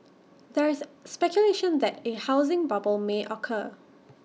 there is speculation that A housing bubble may occur